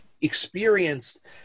experienced